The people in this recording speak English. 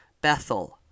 Bethel